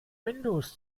windows